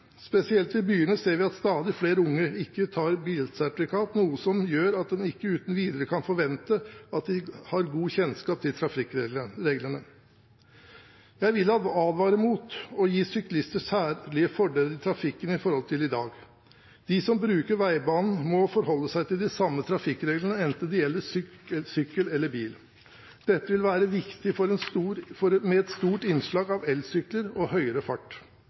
Spesielt i byene ser vi at stadig flere unge ikke tar bilsertifikat, noe som gjør at en ikke uten videre kan forvente at de har god kjennskap til trafikkreglene. Jeg vil advare mot å gi syklister særlige fordeler i trafikken i forhold til i dag. De som bruker veibanen, må forholde seg til de samme trafikkreglene, enten det gjelder sykkel eller bil. Dette vil være viktig med et stort innslag av elsykler og med høyere fart.